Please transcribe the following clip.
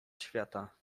świata